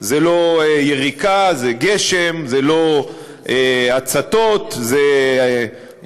זה לא יריקה, זה גשם, זה לא הצתות, זה מקריות.